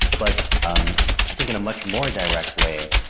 but um i think in a much more direct way,